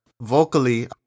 vocally